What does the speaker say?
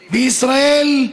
בישראל,